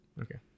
Okay